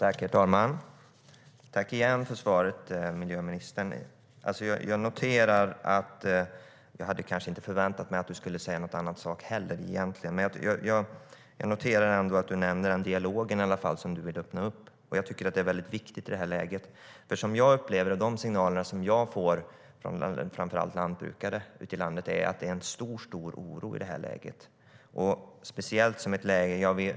Herr talman! Jag tackar miljöministern ännu en gång för svaret. Jag hade egentligen inte förväntat mig att ministern skulle säga något annat, men jag noterar ändå att hon nämner att hon vill öppna upp en dialog. Det är viktigt i det här läget. De signaler som jag får från framför allt lantbrukare ute i landet är nämligen att det finns en stor oro, speciellt i det allmänt tuffa läget för lantbruket.